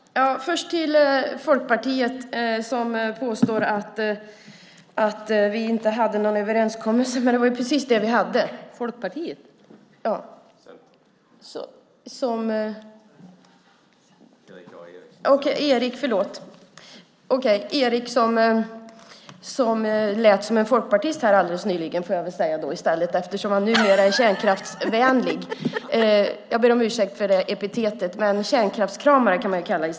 Herr talman! Först vill jag vända mig till Folkpartiet, som påstår att vi inte hade någon överenskommelse. : Folkpartiet?) Jag menar att Erik A Eriksson lät som en folkpartist. Jag får väl säga så i stället, eftersom han numera är kärnkraftsvänlig. Jag ber om ursäkt för det epitetet; kärnkraftskramare kan man säga.